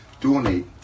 donate